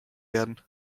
werden